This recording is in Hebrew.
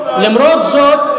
למרות זאת,